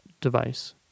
device